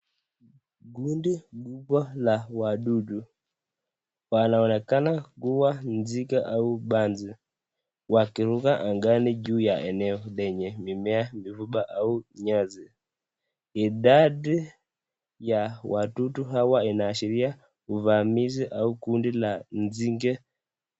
Kundi kubwa la wadudu. Wanaonekana kuwa nzige au panzi wakiruka angani juu ya eneo lenye mimea mifupi au nyasi. Idadi ya wadudu hawa inaashiria uvamizi au kundi la nzige.